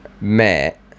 met